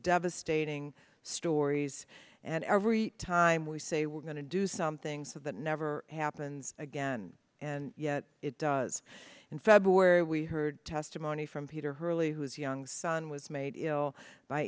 devastating stories and every time we say we're going to do something so that never happens again and yet it does in february we heard testimony from peter hurley who's young son was made ill by